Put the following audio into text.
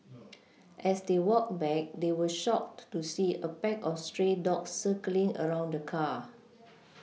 as they walked back they were shocked to see a pack of stray dogs circling around the car